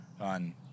on